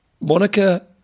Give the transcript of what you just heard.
Monica